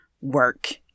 work